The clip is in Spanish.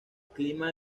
clima